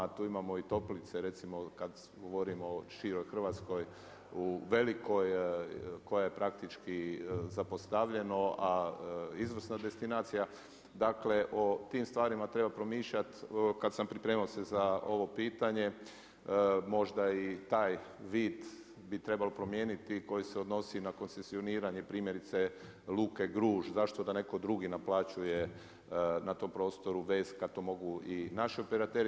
Tu imamo i toplice, recimo kada govorimo o široj Hrvatskoj u Velikoj koja je praktički zapostavljeno, a izvrsna destinacija dakle o tim stvarima treba promišljati, kada sam se pripremao za ovo pitanje, možda i taj vid bi trebalo promijeniti koji se odnosi na koncesioniranja primjerice Luke Gruž, zašto da neko drugi naplaćuje na tom prostoru vez kada to mogu i naši operateri.